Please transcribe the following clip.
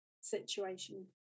situation